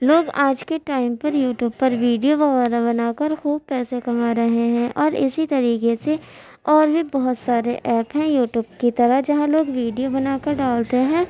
لوگ آج کے ٹائم پر یوٹیوب پر ویڈیو وغیرہ بنا کر خوب پیسے کما رہے ہیں اور اسی طریقے سے اور بھی بہت سارے ایپ ہیں یوٹیوب کی طرح جہاں لوگ ویڈیو بنا کر ڈالتے ہیں